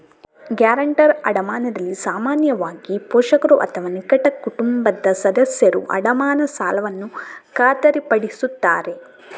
guarantor ಅಡಮಾನದಲ್ಲಿ ಸಾಮಾನ್ಯವಾಗಿ, ಪೋಷಕರು ಅಥವಾ ನಿಕಟ ಕುಟುಂಬದ ಸದಸ್ಯರು ಅಡಮಾನ ಸಾಲವನ್ನು ಖಾತರಿಪಡಿಸುತ್ತಾರೆ